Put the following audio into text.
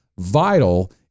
vital